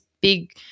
big